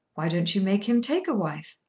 why don't you make him take a wife?